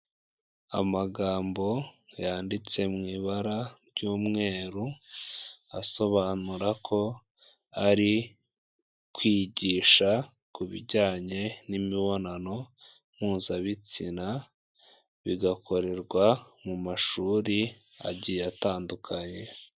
Amagambo yanditse mu ibara ry'umweru asobanura ko ari kwigisha ku bijyanye n'imibonano mpuzabitsina, bigakorerwa mu mashuri agiye atandukanye.